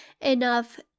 enough